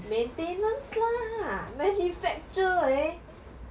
maintenance lah manufacture eh